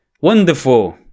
wonderful